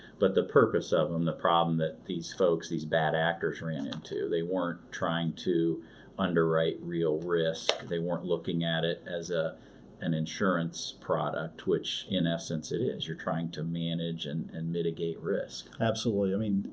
but the purpose of them, the problem that these folks, these bad actors ran into, they weren't trying to underwrite real risks. they weren't looking at it as ah an insurance product, which in essence it is. you're trying to manage and and mitigate risk. absolutely. i mean,